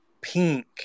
pink